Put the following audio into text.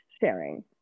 sharing